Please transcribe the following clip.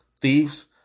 thieves